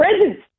presence